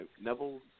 Neville